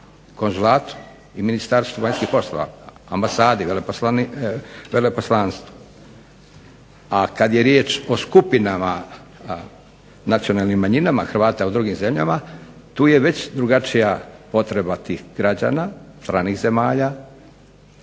Konzulatu i Ministarstvu vanjskih poslova, Ambasadi, Veleposlanstvu. A kad je riječ o skupinama nacionalnim manjima Hrvata u drugim zemljama tu je već drugačija potreba tih građana stranih zemalja,